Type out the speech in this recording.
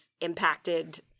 impacted